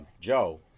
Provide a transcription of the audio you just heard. Joe